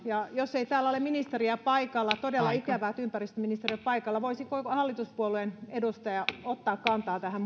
ja jos ei täällä ole ministeriä paikalla todella ikävää että ympäristöministeri ei ole paikalla voisiko joku hallituspuolueen edustaja ottaa kantaa tähän